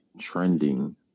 trending